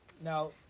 Now